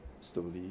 slowly